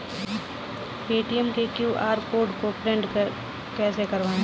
Paytm के QR code को print कैसे करवाएँ?